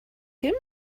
him